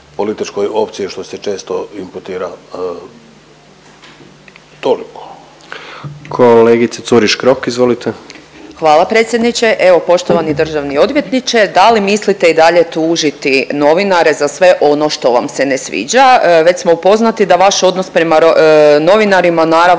Kolegice Curiš Krok izvolite. **Curiš Krok, Anita (SDP)** Hvala predsjedniče. Evo poštovani državni odvjetniče, da li mislite i dalje tužiti novinare za sve ono što vam se ne sviđa? Već smo upoznati da vaš odnos prema novinarima naravno